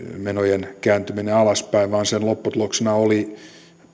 menojen kääntyminen alaspäin vaan sen lopputuloksena oli